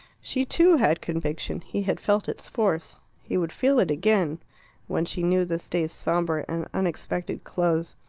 she, too, had conviction he had felt its force he would feel it again when she knew this day's sombre and unexpected close.